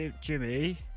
Jimmy